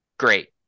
Great